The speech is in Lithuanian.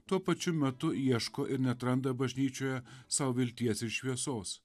tuo pačiu metu ieško ir neatranda bažnyčioje sau vilties ir šviesos